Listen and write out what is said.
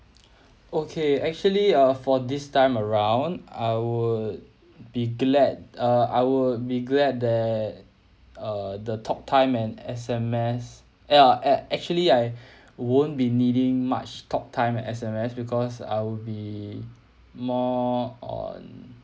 okay actually uh for this time around I would be glad uh I would be glad that uh the talk time and S_M_S eh uh ac~ actually I won't be needing much talk time and S_M_S because I will be more on